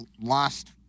lost